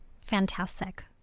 Fantastic